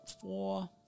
Four